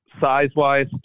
size-wise